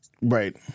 right